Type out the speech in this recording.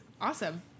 Awesome